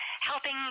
helping